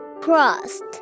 Crust